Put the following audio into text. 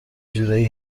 جورایی